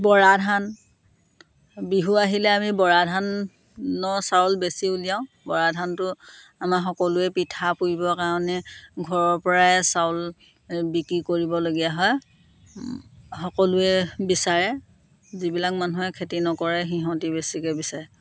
বৰা ধান বিহু আহিলে আমি বৰা ধানৰ চাউল বেছি উলিয়াওঁ বৰা ধানটো আমাৰ সকলোৱে পিঠা পুৰিবৰ কাৰণে ঘৰৰ পৰাই চাউল হে বিক্ৰী কৰিবলগীয়া হয় সকলোৱে বিচাৰে যিবিলাক মানুহে খেতি নকৰে সিহঁতি বেছিকৈ বিচাৰে